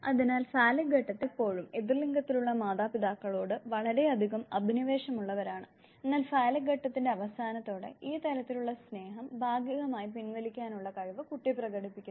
അതിനാൽ ഫാലിക് ഘട്ടത്തിൽ കുട്ടികൾ എല്ലായ്പ്പോഴും എതിർലിംഗത്തിലുള്ള മാതാപിതാക്കളോട് വളരെയധികം അഭിനിവേശമുള്ളവരാണ് എന്നാൽ ഫാലിക് ഘട്ടത്തിന്റെ അവസാനത്തോടെ ഈ തലത്തിലുള്ള സ്നേഹം ഭാഗികമായി പിൻവലിക്കാനുള്ള കഴിവ് കുട്ടി പ്രകടിപ്പിക്കുന്നു